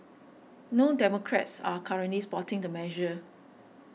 no Democrats are currently supporting the measure